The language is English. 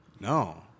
No